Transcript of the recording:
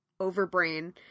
overbrain